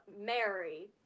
Mary